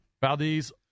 Valdez